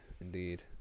indeed